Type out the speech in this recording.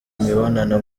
imibonano